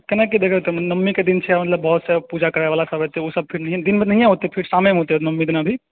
केना कऽ जेबै तऽ नवमी के दिन छै मतलब बहुत पूजा करै बला सब एतै ओ सब फिर गिनने नहिये होतै फिर शामे मे होतै नवमी दिना दिन